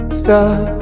stop